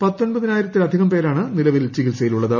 പത്തൊമ്പതിനായിരത്തില്ധികം ്ട് പേരാണ് നിലവിൽ ചികിത്സയിലുള്ളത്